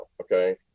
okay